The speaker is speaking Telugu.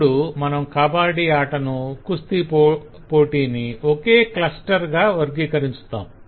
అప్పుడు మనం కబాడి ఆటను కుస్తీ పోటీని ఒకే క్లస్టర్ గా వర్గీకరించుతాం